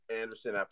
Anderson